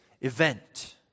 event